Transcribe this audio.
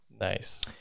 Nice